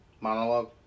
Monologue